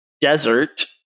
desert